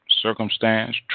circumstance